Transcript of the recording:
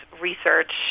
research